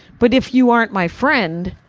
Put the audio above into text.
but if you aren't my friend,